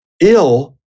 ill